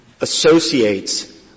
associates